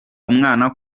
umwana